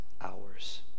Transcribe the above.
hours